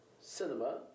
cinema